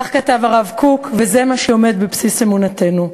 כך כתב הרב קוק, וזה מה שעומד בבסיס אמונתנו.